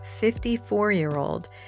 54-year-old